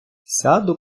сяду